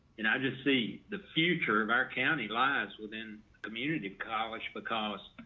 and i just see the future of our county lives within community college because